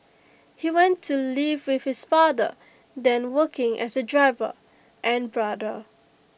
he went to live with his father then working as A driver and brother